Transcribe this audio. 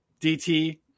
DT